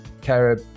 Carib